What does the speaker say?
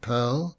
Pearl